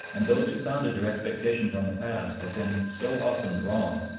and those who founded their expectations on the past have been so often wrong,